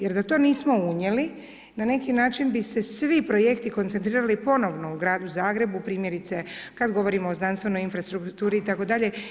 Jer da to nismo unijeli na neki način bi se svi projekti koncentrirali ponovno u Gradu Zagrebu primjerice kada govorimo o znanstvenoj infrastrukturi itd.